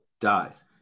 dies